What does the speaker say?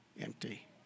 empty